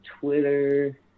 Twitter